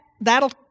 that'll